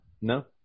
No